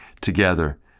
together